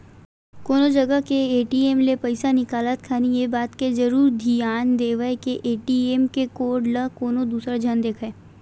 कोनो जगा के ए.टी.एम ले पइसा निकालत खानी ये बात के जरुर धियान देवय के ए.टी.एम के कोड ल कोनो दूसर झन देखय